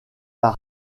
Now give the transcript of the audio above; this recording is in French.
par